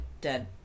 dead